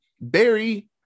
Barry